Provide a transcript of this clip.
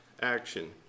action